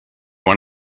want